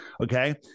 Okay